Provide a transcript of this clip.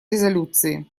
резолюции